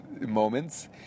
moments